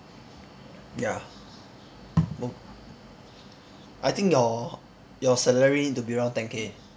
ya I think your your salary need to be around ten K